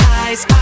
eyes